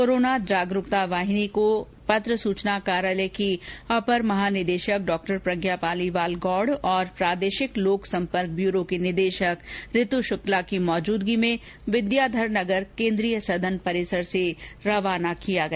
corona जागरूकता वाहिनी को पत्र सुचना कार्यालय की अपर महानिदेशक डॉ प्रज्ञा पालीवाल गौड़ और प्रादेशिक लोक सम्पर्क ब्यूरों की निदेशक ऋतु शुक्ला की मौजूदगी में विद्याधर नगर केन्द्रीय सदन परिसर से रवाना किया गया